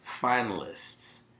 finalists